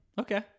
okay